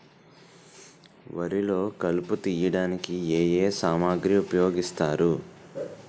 వరిలో కలుపు తియ్యడానికి ఏ ఏ సామాగ్రి ఉపయోగిస్తారు?